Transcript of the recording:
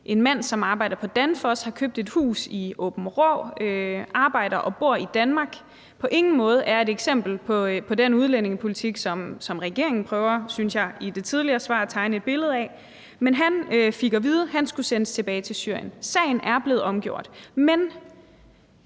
en mand, som arbejder på Danfoss og har købt et hus i Aabenraa, som arbejder og bor i Danmark, og som på ingen måde er et eksempel på den udlændingepolitik, som regeringen prøver – synes jeg – i det tidligere svar at tegne et billede af, men han fik at vide, at han skulle sendes tilbage til Syrien. Sagen er blevet omgjort, men